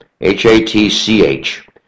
H-A-T-C-H